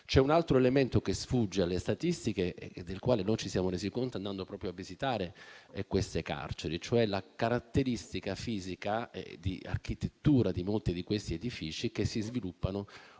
C'è un altro elemento che sfugge alle statistiche, del quale ci siamo resi conto andando proprio a visitare le carceri. Mi riferisco alla caratteristica fisica, di architettura di molti di questi edifici, che si sviluppano